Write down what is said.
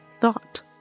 thought